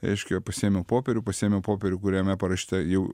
reiškia pasiėmiau popierių pasiėmiau popierių kuriame parašyta jau